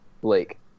Blake